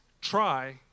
try